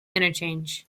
interchange